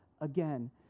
again